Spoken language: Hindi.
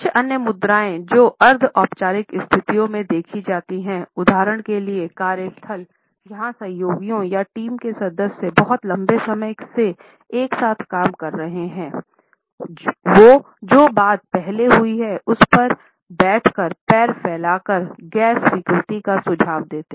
कुछ अन्य मुद्राएँ जो अर्ध औपचारिक स्थितियों में देखी जाती हैं उदाहरण के लिए कार्यस्थल जहां सहयोगियों या टीम के सदस्य बहुत लंबे समय से साथ काम कर रहे हैं वो जो बात पहले हुई है उस पर बैठ कर पैर फैला कर गैर स्वीकृति का सुझाव देते हैं